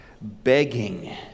begging